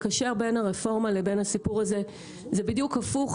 לקשר בין הרפורמה לבין הסיפור הזה זה בדיוק הפוך.